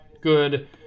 good –